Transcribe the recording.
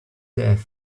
death